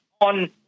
on